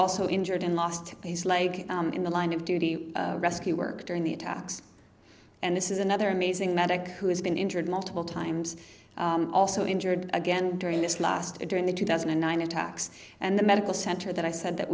also injured and lost his leg in the line of duty rescue work during the attacks and this is another amazing medic who has been injured multiple times also injured again during this last during the two thousand and nine attacks and the medical center that i said that